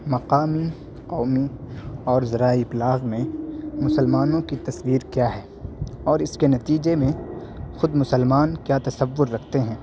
مقامی قومی اور ذرائع ابلاغ میں مسلمانوں کی تصویر کیا ہے اور اس کے نتیجے میں خود مسلمان کیا تصور رکھتے ہیں